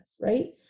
right